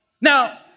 Now